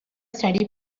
study